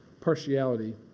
partiality